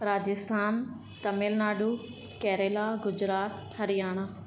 Rajasthan Tamil Nadu Kerala Gujarat Haryana